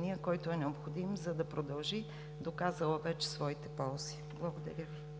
консенсус, който е необходим, за да продължи, доказала вече своите ползи. Благодаря